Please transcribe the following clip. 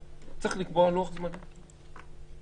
צריך לקבוע לוח זמנים.